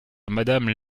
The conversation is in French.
madame